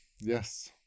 Yes